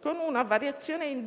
con una variazione in